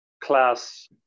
class